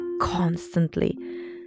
constantly